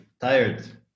Tired